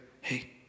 Hey